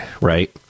Right